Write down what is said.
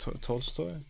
Tolstoy